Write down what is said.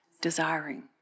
desiring